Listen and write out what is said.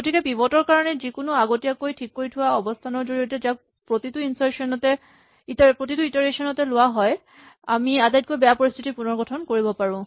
গতিকে পিভট ৰ কাৰণে যিকোনো আগতীয়াকৈ ঠিক কৰি থোৱা অৱস্হানৰ জৰিয়তে যাক প্ৰতিটো ইটাৰেচন তে লোৱা হয় আমি আটাইতকৈ বেয়া পৰিস্হিতিটো পুণৰ গঠন কৰিব পাৰো